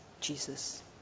Jesus